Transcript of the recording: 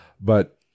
But-